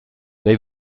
nahi